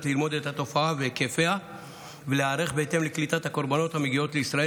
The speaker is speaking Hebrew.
ללמוד את התופעה והיקפיה ולהיערך בהתאם לקליטת הקורבנות המגיעות לישראל,